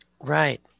right